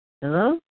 Hello